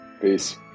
Peace